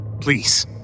Please